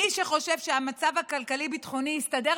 מי שחושב שהמצב הכלכלי-ביטחוני יסתדר